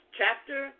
chapter